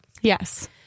Yes